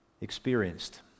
experienced